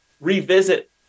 revisit